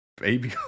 Baby